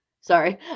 Sorry